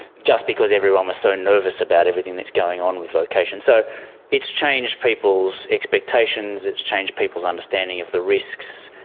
just because everyone was so nervous about everything that was going on with vocation. so it's changed people's expectations, it's changed people's understanding of the risks.